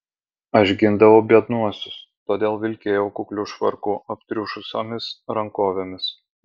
aš gindavau biednuosius todėl vilkėjau kukliu švarku aptriušusiomis rankovėmis